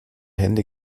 hände